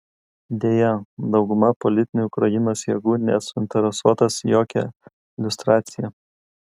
deja dauguma politinių ukrainos jėgų nesuinteresuotos jokia liustracija